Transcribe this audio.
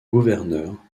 gouverneur